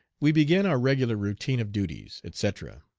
we begin our regular routine of duties, etc.